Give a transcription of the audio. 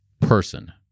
person